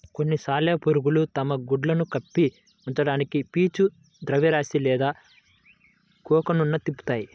కొన్ని సాలెపురుగులు తమ గుడ్లను కప్పి ఉంచడానికి పీచు ద్రవ్యరాశి లేదా కోకన్ను తిప్పుతాయి